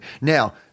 now